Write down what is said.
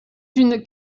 d’une